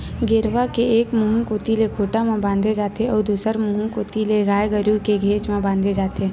गेरवा के एक मुहूँ कोती ले खूंटा म बांधे जाथे अउ दूसर मुहूँ कोती ले गाय गरु के घेंच म बांधे जाथे